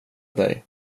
dig